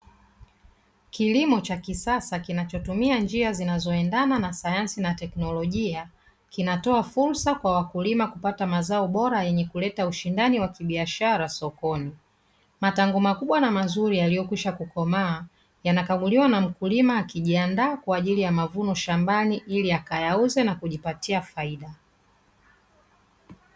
Kilimo cha kisasa kinachotumia njia zinazoendana na sayansi na teknolojia kinatoa fursa kwa wakulima kupata mazao bora yenye kuleta ushindani wa kibiashara sokoni, matango makubwa na mazuri yaliyokwisha kukomaa yanakaguliwa na mkulima akijiandaa kwa ajili ya mavuno shambani ili akayauze na kujipatia faida.